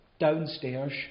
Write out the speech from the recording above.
Downstairs